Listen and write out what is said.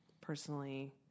Personally